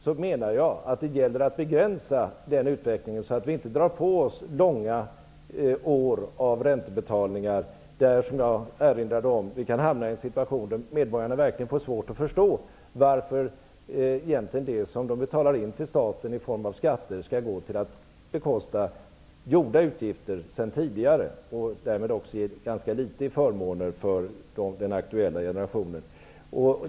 Jag menar att det gäller att begränsa den utvecklingen, så att vi inte drar på oss långa år av räntebetalningar. Jag har erinrat om att vi kan hamna i en situation där medborgarna verkligen får svårt att förstå varför det de betalar in till staten i form av skatter skall gå till att bekosta sedan tidigare gjorda utgifter -- och därmed blir det få förmåner för den aktuella generationen.